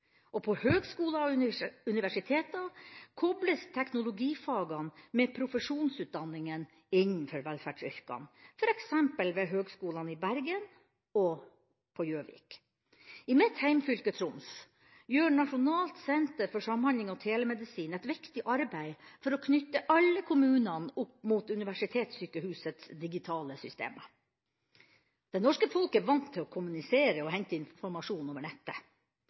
På høgskoler og universiteter kobles teknologifagene med profesjonsutdanninga innenfor velferdsyrkene, f.eks. ved høgskolene i Bergen og på Gjøvik. I mitt hjemfylke, Troms, gjør Nasjonalt senter for samhandling og telemedisin et viktig arbeid for å knytte alle kommunene opp mot universitetssykehusets digitale systemer. Det norske folk er vant til å kommunisere og hente informasjon over nettet.